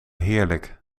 heerlijk